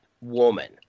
woman